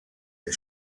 der